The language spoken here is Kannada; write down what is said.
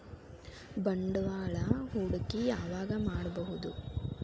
ಬಂಡವಾಳ ಹೂಡಕಿ ಯಾವಾಗ್ ಮಾಡ್ಬಹುದು?